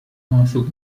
محسوب